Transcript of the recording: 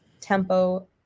tempo